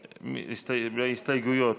הסתייגויות.